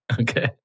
Okay